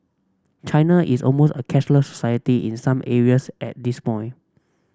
China is almost a cashless society in some areas at this point